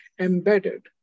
embedded